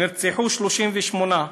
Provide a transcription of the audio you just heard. נרצחו 38,